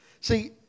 see